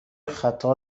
خطا